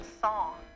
song